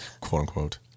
quote-unquote